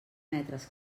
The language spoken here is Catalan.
metres